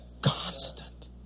constant